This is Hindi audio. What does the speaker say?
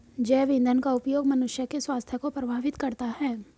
जैव ईंधन का उपयोग मनुष्य के स्वास्थ्य को प्रभावित करता है